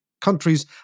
countries